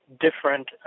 different